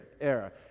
era